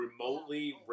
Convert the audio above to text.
remotely